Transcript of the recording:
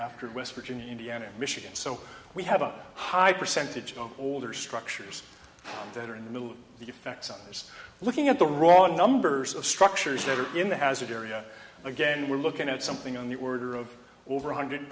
after west virginia indiana michigan so we have a high percentage of older structures that are in the middle of the effects others looking at the wrong numbers of structures that are in the hazard area again we're looking at something on the order of over one hundred